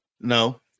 No